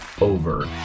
over